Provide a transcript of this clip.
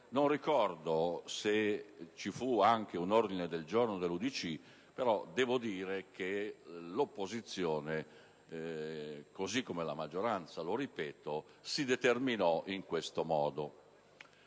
Non ricordo se ci fu anche un ordine del giorno dell'UDC-SVP-Aut, però l'opposizione così come la maggioranza, lo ripeto, si determinò in questo modo.